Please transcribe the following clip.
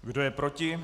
Kdo je proti?